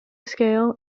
scale